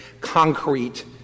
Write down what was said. concrete